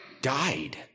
died